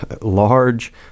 large